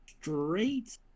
straight